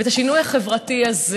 ואת השינוי החברתי הזה,